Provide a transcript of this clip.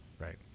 Right